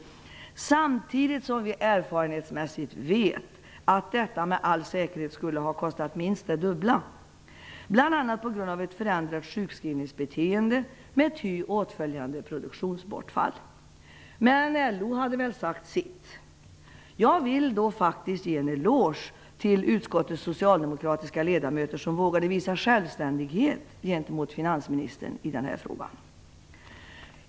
Men samtidigt vet vi erfarenhetsmässigt att detta med all säkerhet skulle ha kostat minst det dubbla, bl.a. på grund av ett förändrat sjukskrivningsbeteende med ty åtföljande produktionsbortfall. LO hade väl sagt sitt. Jag vill faktiskt ge utskottets socialdemokratiska ledamöter en eloge för att de vågade visa självständighet gentemot finansministern i den här frågan.